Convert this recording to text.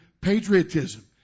patriotism